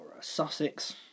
Sussex